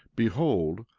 behold,